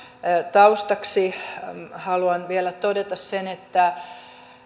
taustaksi haluan vielä todeta sen että